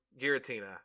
Giratina